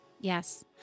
Yes